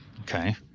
Okay